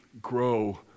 grow